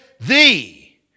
thee